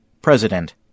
President